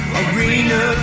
arena